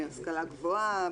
השכלה גבוהה,